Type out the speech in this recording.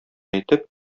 әйтеп